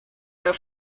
their